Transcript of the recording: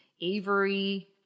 Avery